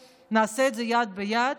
נעשה את זה יד ביד.